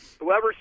Whoever